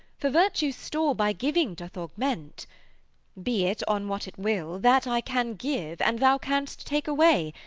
for virtue's store by giving doth augment be it on what it will, that i can give and thou canst take away,